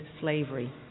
slavery